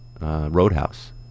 Roadhouse